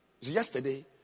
Yesterday